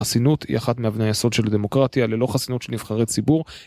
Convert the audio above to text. חסינות היא אחת מאבני הייסוד של דמוקרטיה, ללא חסינות של נבחרי ציבור.